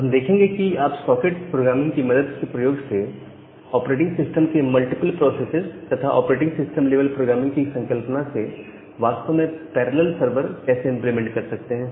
अब हम देखेंगे कि आप सॉकेट प्रोग्रामिंग की मदद के प्रयोग सेऑपरेटिंग सिस्टम के मल्टीपल प्रोसेसेस तथा ऑपरेटिंग सिस्टम लेवल प्रोग्रामिंग की संकल्पना से वास्तव में पैरेलल सर्वर कैसे इंप्लीमेंट कर सकते हैं